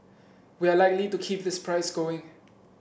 we are likely to keep this price going